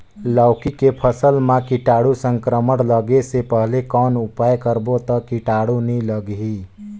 लौकी के फसल मां कीटाणु संक्रमण लगे से पहले कौन उपाय करबो ता कीटाणु नी लगही?